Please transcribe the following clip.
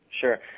Sure